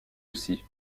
aussi